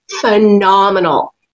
phenomenal